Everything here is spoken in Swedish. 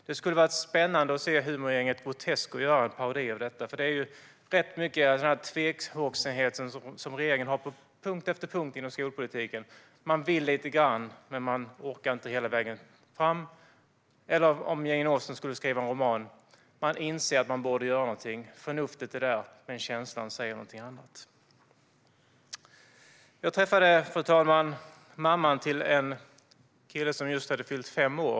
Det skulle vara spännande att se humorgänget Grotesco göra en parodi på detta, för det visar rätt mycket av den tvehågsenhet som regeringen har på punkt efter punkt inom skolpolitiken. Man vill lite grann, men man orkar inte hela vägen fram eller, om Jane Austen skulle skriva en roman om detta: Man inser att man borde göra någonting. Förnuftet är där, men känslan säger någonting annat. Fru talman! Jag träffade mamman till en kille som just hade fyllt fem år.